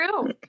true